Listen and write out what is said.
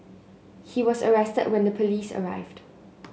he was arrested when the police arrived